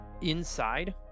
Inside